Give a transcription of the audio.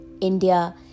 India